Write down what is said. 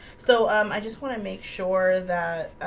so um i just want to make sure that